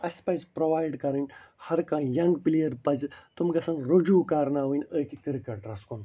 اسہِ پَزِ پرٛووایڈ کَرٕنۍ ہر کانٛہہ ینٛگ پلیر پَزِ تِم گَژھن رُجوع کرناوٕنۍ أکس کِرکٹرس کُن